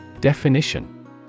Definition